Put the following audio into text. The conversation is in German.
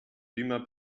beamer